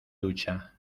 ducha